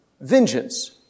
Vengeance